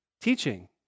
Teaching